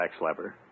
backslapper